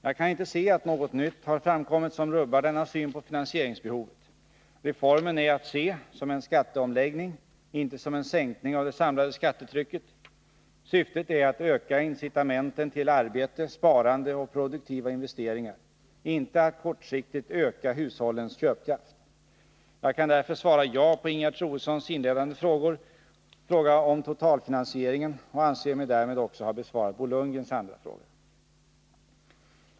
Jag kan inte se att något nytt har framkommit som rubbar denna syn på finansieringsbehovet. Reformen är att betrakta som en skatteomläggning, inte som en sänkning av det samlade skattetrycket. Syftet är att öka incitamenten till arbete, sparande och produktiva investeringar, inte att kortsiktigt öka hushållens köpkraft. Jag kan därför svara ja på Ingegerd Troedssons inledande fråga om totalfinansieringen och anser mig därmed också ha besvarat Bo Lundgrens andra fråga.